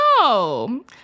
no